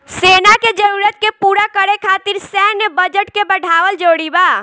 सेना के जरूरत के पूरा करे खातिर सैन्य बजट के बढ़ावल जरूरी बा